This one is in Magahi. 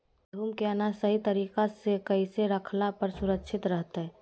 गेहूं के अनाज सही तरीका से कैसे रखला पर सुरक्षित रहतय?